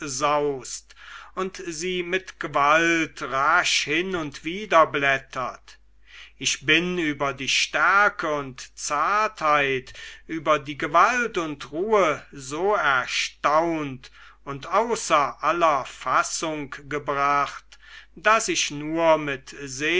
saust und sie mit gewalt rasch hin und wider blättert ich bin über die stärke und zartheit über die gewalt und ruhe so erstaunt und außer aller fassung gebracht daß ich nur mit